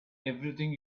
everything